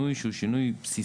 עשינו שינוי שהוא שינוי בסיסי,